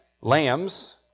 lambs